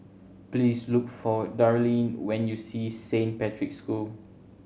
please look for Darlyne when you see Saint Patrick's School